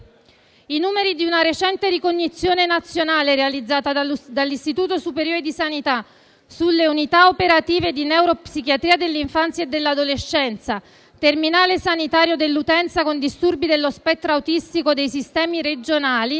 I numeri di una recente ricognizione nazionale realizzata dall'Istituto superiore di sanità sulle unità operative di neuropsichiatria dell'infanzia e dell'adolescenza, terminale sanitario dell'utenza con disturbi dello spettro autistico dei sistemi sanitari